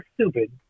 stupid